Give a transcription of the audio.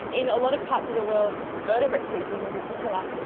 in a lot of parts of the world, vertebrate species in particular,